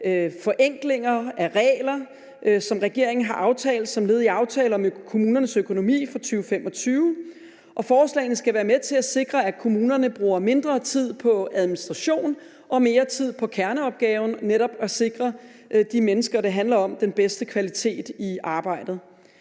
forenklinger af regler, som regeringen har aftalt som led i aftalen om kommunernes økonomi for 2025, og disse forslag skal være med til at sikre, at kommunerne bruger mindre tid på administration og mere tid på kerneopgaverne, som netop er at sikre de mennesker, som det handler om, den bedste kvalitet i arbejdet.